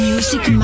Music